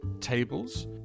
tables